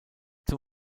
zum